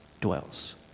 dwells